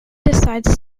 decides